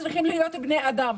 בראש ובראשונה צריכים להיות בני אדם,